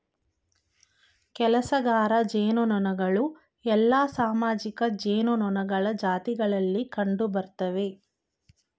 ಕೆಲಸಗಾರ ಜೇನುನೊಣಗಳು ಎಲ್ಲಾ ಸಾಮಾಜಿಕ ಜೇನುನೊಣಗಳ ಜಾತಿಗಳಲ್ಲಿ ಕಂಡುಬರ್ತ್ತವೆ